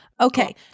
Okay